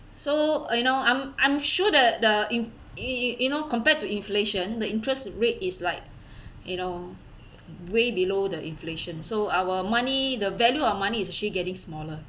so you know I'm I'm sure the the if you you you know compared to inflation the interest rate is like you know way below the inflation so our money the value of money is actually getting smaller